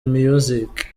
miyuziki